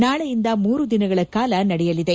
ನಾಳೆಯಿಂದ ಮೂರು ದಿನಗಳ ಕಾಲ ನಡೆಯಲಿದೆ